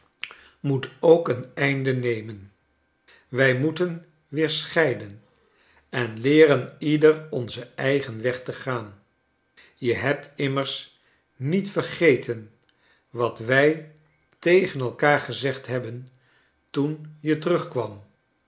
moet ook een einde nemen wrj moeten weer scheiden en leeren ieder onzen eigen weg te gaan je hebt immers niet vergeten wat wrj tegen elkaar gezegd hebben toen je